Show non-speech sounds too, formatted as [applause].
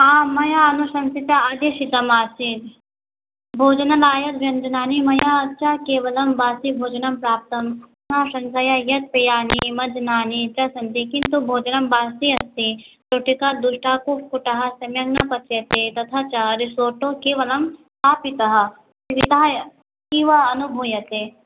आम् मया अनुसंशिता आदेशितमासीत् भोजनाय व्यञ्जनानि मया च केवलं बासीभोजनं प्राप्तं विना शङ्कया यत् पेयानि मदनानि च सन्ति किन्तु भोजनं बासी अस्ति रोटिका दुष्टा कुकुट्टाः [unintelligible] सम्यक् न पच्यते तथा च रिसोटो केवलं स्थापितः विहाय इव अनुभूयते